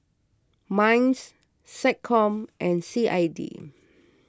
Minds SecCom and C I D